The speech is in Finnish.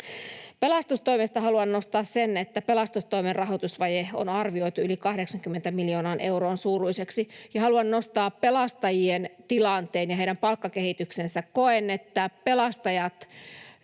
Pelastustoimesta haluan nostaa sen, että pelastustoimen rahoitusvaje on arvioitu yli 80 miljoonan euron suuruiseksi. Haluan nostaa pelastajien tilanteen ja heidän palkkakehityksensä. Koen, että pelastajat